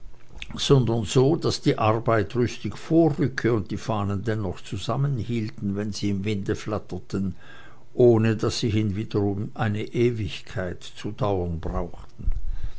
sondern so daß die arbeit rüstig vorrücke und die fahnen dennoch zusammenhielten wenn sie im winde flatterten ohne daß sie hinwiederum eine ewigkeit zu dauern brauchten